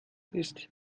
ist